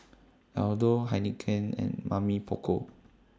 Aldo Heinekein and Mamy Poko